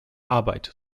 arbeit